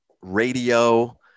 radio